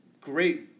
great